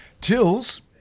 Tills